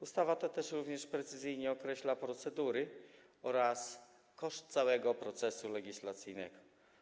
Ustawa ta precyzyjnie określa procedury oraz koszt całego procesu legislacyjnego.